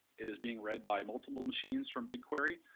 it is being read by multiple machines from bigquery,